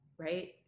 right